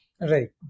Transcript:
Right